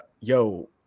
Yo